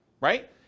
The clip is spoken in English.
right